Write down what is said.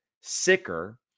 sicker